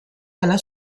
dalla